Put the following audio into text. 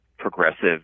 progressive